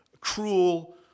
cruel